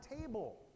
table